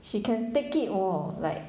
she can take it orh like